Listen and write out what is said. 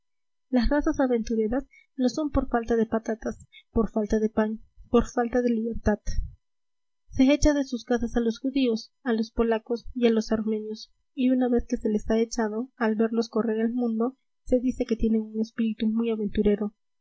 las razas aventureras lo son por falta de patatas por falta de pan por falta de libertad se echa de sus casas a los judíos a los polacos y a los armenios y una vez que se les ha echado al verlos correr el mundo se dice que tienen un espíritu muy aventurero